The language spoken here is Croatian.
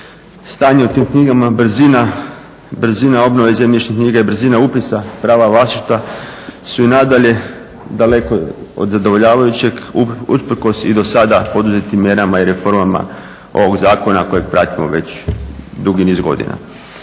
Stanje u tim knjigama, brzina obnove zemljišnih knjiga i brzina upisa prava vlasništva su i nadalje daleko od zadovoljavajućeg usprkos i do sada poduzetim mjerama i reformama ovoga Zakona kojeg pratimo već dugi niz godina.